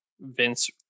Vince